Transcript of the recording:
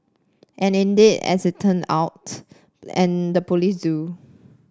and indeed as it turn out and the police do